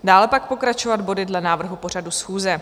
Dále pak pokračovat body dle návrhu pořadu schůze.